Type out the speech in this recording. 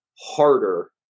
harder